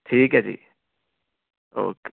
ਠੀਕ ਹੈ ਜੀ ਓਕੇ